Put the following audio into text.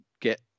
get